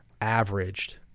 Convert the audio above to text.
averaged